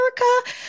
America